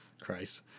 Christ